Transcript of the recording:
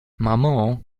mamo